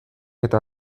eta